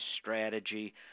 strategy